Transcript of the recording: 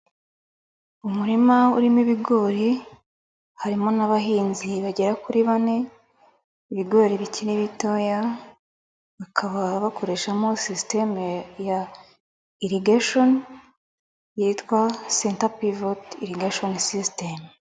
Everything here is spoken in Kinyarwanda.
Umurima urimo ibigori, harimo n'abahinzi bagera kuri bane, ibigori bikiri bitoya, bakaba bakoreshamo sisiteme ya, irigeshoni, yitwa senta pivoti irigeshoni sisiteme.